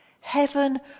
Heaven